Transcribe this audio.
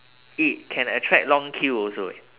it can attract long queue also eh